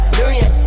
million